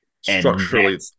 Structurally